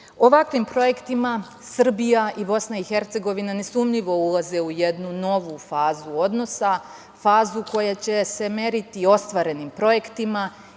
BiH.Ovakvim projektima Srbija i BiH nesumnjivo ulaze u jednu novu fazu odnosa, fazu koja će se meriti ostvarenim projektima,